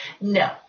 no